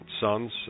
sons